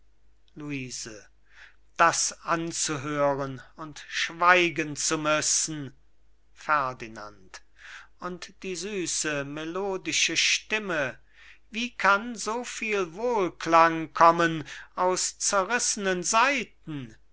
luise das anzuhören und schweigen zu müssen ferdinand und die süße melodische stimme wie kann so viel wohlklang kommen aus zerrissenen saiten